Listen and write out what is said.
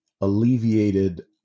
alleviated